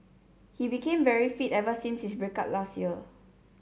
he became very fit ever since his break up last year